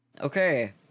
Okay